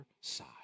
side